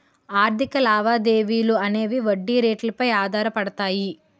ఆర్థిక లావాదేవీలు అనేవి వడ్డీ రేట్లు పై ఆధారపడతాయి